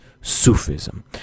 Sufism